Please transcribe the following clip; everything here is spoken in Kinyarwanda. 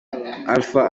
alpha